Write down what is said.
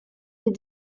les